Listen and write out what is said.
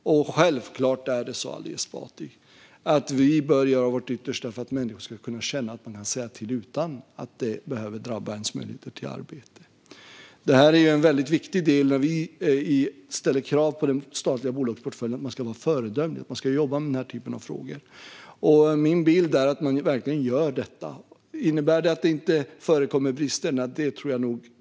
Självklart är det så, Ali Esbati, att vi bör göra vårt yttersta för att människor ska kunna känna att man kan säga till utan att det behöver drabba ens möjligheter till arbete. Detta är en viktig del, där vi ställer krav på den statliga bolagsportföljen att man ska vara föredömlig. Man ska jobba med den här typen av frågor. Min bild är att man nu också verkligen gör detta. Innebär det att det inte förekommer brister? Nej, det tror jag inte.